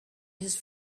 his